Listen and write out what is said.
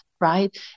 right